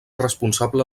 responsable